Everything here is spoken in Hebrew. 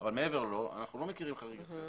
אבל מעבר לו אנחנו לא מכירים חריגים.